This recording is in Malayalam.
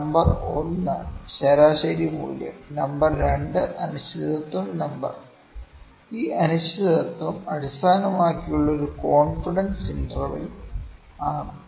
നമ്പർ 1 ശരാശരി മൂല്യം നമ്പർ 2 അനിശ്ചിതത്വ നമ്പർ ഈ അനിശ്ചിതത്വം അടിസ്ഥാനമാക്കിയുള്ള ഒരു കോൺഫിഡൻസ് ഇന്റർവെൽ ആണ്